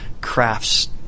crafts